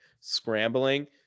scrambling